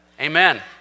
Amen